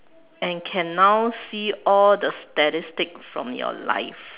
and can now see all the statistics from your life